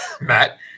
Matt